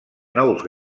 nous